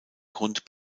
grund